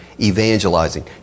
Evangelizing